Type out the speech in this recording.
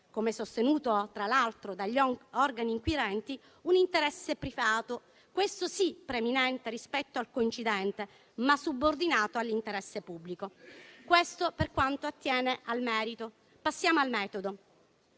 come sostenuto tra l'altro dagli organi inquirenti, un interesse privato - questo sì - preminente rispetto al coincidente, ma subordinato all'interesse pubblico. Questo per quanto ottiene al merito. Passiamo al metodo.